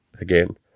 again